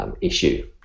issue